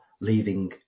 leaving